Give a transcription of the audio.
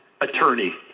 attorney